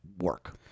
work